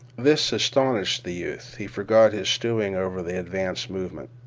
this astounded the youth. he forgot his stewing over the advance movement.